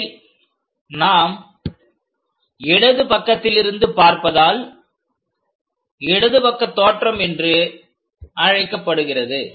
இதை நாம் இடது பக்கத்திலிருந்து பார்ப்பதால் இடது பக்க தோற்றம் என்று அழைக்கப்படுகிறது